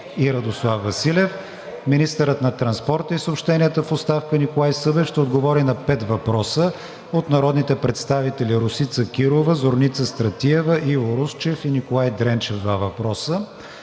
Радослав Василев. 5. Министърът на транспорта и съобщенията в оставка Николай Събев ще отговори на пет въпроса от народните представители Росица Кирова, Зорница Стратиева, Иво Русчев, и Николай Дренчев –два въпроса.